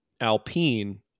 Alpine